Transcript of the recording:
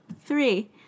three